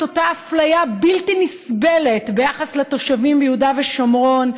אותה אפליה בלתי נסבלת ביחס לתושבים ביהודה ושומרון,